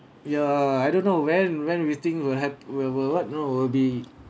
ya I don't know when when we think will hav~ will will what you know will be